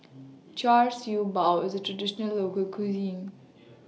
Char Siew Bao IS A Traditional Local Cuisine